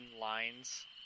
lines